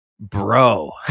bro